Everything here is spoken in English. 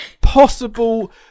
possible